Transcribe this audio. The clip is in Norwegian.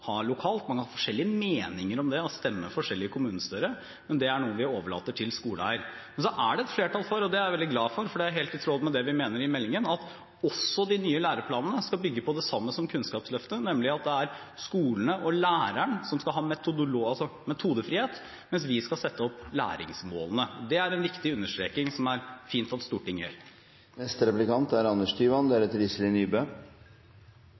ha lokalt. Man kan ha forskjellige meninger om det og stemme forskjellig i kommunestyrene, men det er noe vi overlater til skoleeierne. Så er det et flertall for – og det er jeg veldig glad for, for det er helt i tråd med det vi mener i meldingen – at de nye læreplanene skal bygge på det samme som Kunnskapsløftet, nemlig at det er skolene og læreren som skal ha metodefrihet, mens vi skal sette opp læringsmålene. Det er en viktig understreking som det er fint at Stortinget